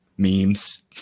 Memes